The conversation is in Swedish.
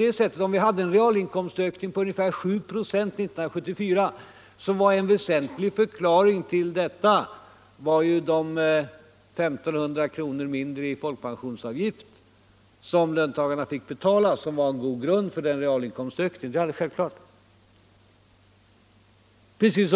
En väsentlig förklaring till realinkomstökningen på ungefär 7 96 1974 var de 1500 kr. mindre i folkpensionsavgift. Även årets uppgörelse